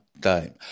time